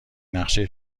نقشه